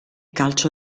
calcio